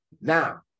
Now